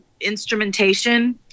instrumentation